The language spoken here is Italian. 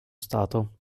stato